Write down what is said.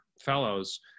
fellows